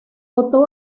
votó